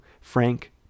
Frank